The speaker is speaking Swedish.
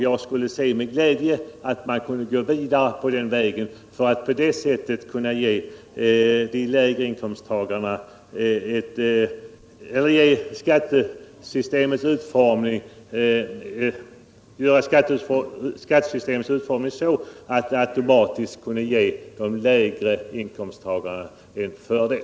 Jag skulle med glädje se att vi kunde gå vidare på den vägen och göra skattesystemet sådant att det automatiskt gav de lägre inkomsttagarna en fördel.